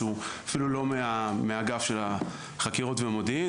שהוא אפילו לא מהאגף של החקירות והמודיעין,